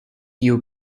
you